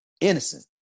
innocent